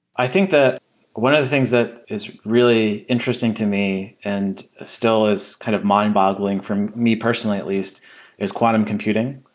i think that one of the things that is really interesting to me and still is kind of mind-boggling from me personally at least is quantum computing.